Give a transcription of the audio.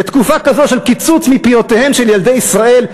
בתקופה כזו של קיצוץ מפיותיהם של ילדי ישראל,